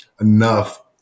enough